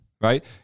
right